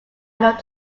looked